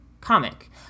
comic